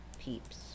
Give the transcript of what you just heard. peeps